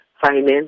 finance